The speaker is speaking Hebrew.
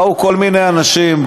באו כל מיני אנשים,